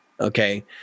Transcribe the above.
Okay